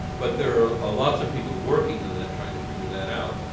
but there are ah lots of people working on that trying to figure that out.